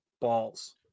balls